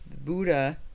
Buddha